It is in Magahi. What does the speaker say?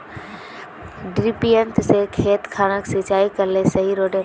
डिरिपयंऋ से खेत खानोक सिंचाई करले सही रोडेर?